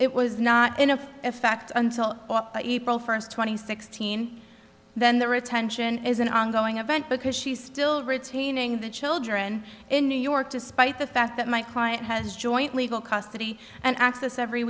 it was not in a fact until april first twenty sixteen then the retention is an ongoing event because she still retaining the children in new york despite the fact that my client has joint legal custody and access every